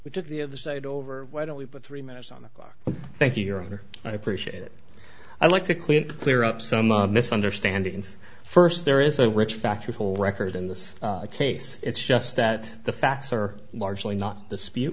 which is the other side over why don't we put three minutes on the clock thank you your honor i appreciate it i'd like to clear clear up some misunderstandings first there is a rich factual record in this case it's just that the facts are largely not dispute